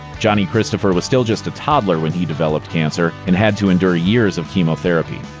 johnny christopher was still just a toddler when he developed cancer, and had to endure years of chemotherapy.